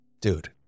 dude